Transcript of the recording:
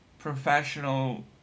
professional